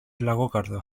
λαγόκαρδο